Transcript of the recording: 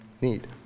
need